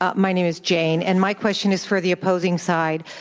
ah my name is jane, and my question is for the opposing side.